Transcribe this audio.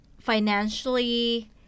financially